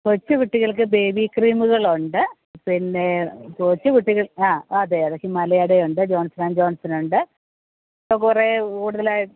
കൊച്ചു കുട്ടികൾക്ക് ബേബി ക്രീമുകളുണ്ട് പിന്നെ കൊച്ചു കുട്ടികൾ ആ അതെ അതെ ഹിമാലയയുടെയുണ്ട് ജോൺസൺ ആൻ്റ് ജോൺസൺ ഉണ്ട് ഇപ്പോൾ കുറേ കൂടുതലായി